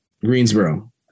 Greensboro